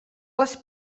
les